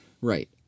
Right